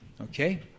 Okay